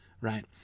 right